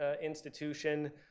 institution